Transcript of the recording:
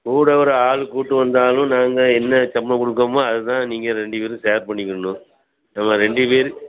கூட ஒரு ஆள் கூட்டி வந்தாலும் நாங்கள் என்ன சம்பளம் கொடுக்குறோமோ அதை தான் நீங்கள் ரெண்டு பேரும் ஸேர் பண்ணிக்கிணும் ஏம்மா ரெண்டு பேர்